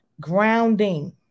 grounding